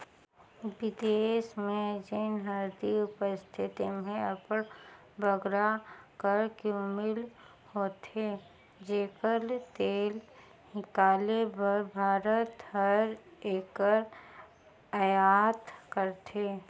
बिदेस में जेन हरदी उपजथे तेम्हें अब्बड़ बगरा करक्यूमिन होथे जेकर तेल हिंकाले बर भारत हर एकर अयात करथे